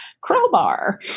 crowbar